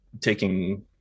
taking